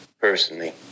personally